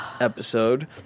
episode